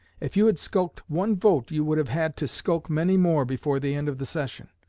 if you had skulked one vote you would have had to skulk many more before the end of the session.